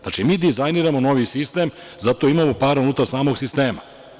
Znači, mi dizajniramo novi sistem, za to imamo para unutar samog sistema.